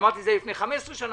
אמרתי את זה לפני 15 שנה,